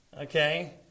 Okay